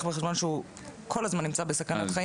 בחשבון שכל הזמן הוא נמצא בסכנת חיים,